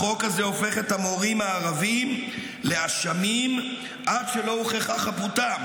החוק הזה הופך את המורים הערבים לאשמים עד שלא הוכחה חפותם,